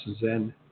Zen